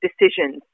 decisions